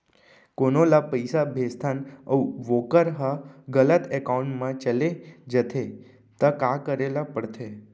कोनो ला पइसा भेजथन अऊ वोकर ह गलत एकाउंट में चले जथे त का करे ला पड़थे?